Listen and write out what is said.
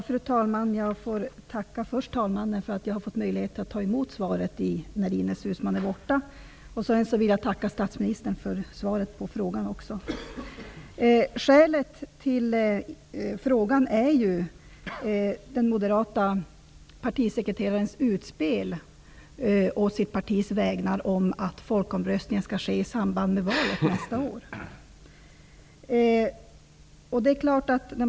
Fru talman! Först får jag tacka talmannen för att jag fått möjlighet att ta emot svaret i Ines Uusmanns frånvaro, och sedan vill jag tacka statsministern för hans svar på frågan. Skälet till att frågan ställts är den moderate partisekreterarens utspel å sitt partis vägnar om att folkomröstningen skall ske i samband med valet nästa år.